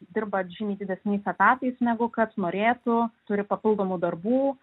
dirba žymiai didesniais etatais negu kad norėtų turi papildomų darbų